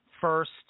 first